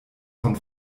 von